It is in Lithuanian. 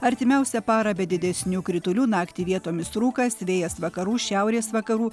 artimiausią parą be didesnių kritulių naktį vietomis rūkas vėjas vakarų šiaurės vakarų